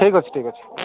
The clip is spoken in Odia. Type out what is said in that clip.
ଠିକ୍ ଅଛି ଠିକ୍ ଅଛି